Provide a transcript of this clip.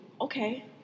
okay